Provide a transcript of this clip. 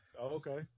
okay